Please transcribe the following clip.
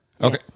okay